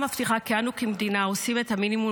ההצעה מבטיחה כי אנו כמדינה עושים את המינימום